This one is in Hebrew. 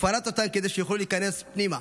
ופרץ אותן כדי שיוכלו להיכנס פנימה.